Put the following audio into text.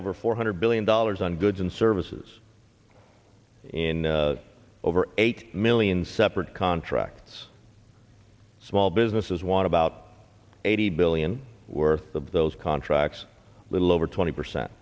over four hundred billion dollars on goods and services in over eight million separate contracts small businesses want about eighty billion worth of those contracts little over twenty percent